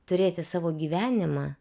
turėti savo gyvenimą